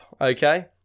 okay